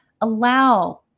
allow